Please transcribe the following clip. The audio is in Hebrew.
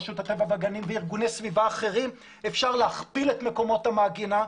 רשות הטבע והגנים וארגני סביבה אחרים אפשר להכפיל את מקומות המעגנה,